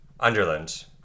Underland